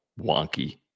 wonky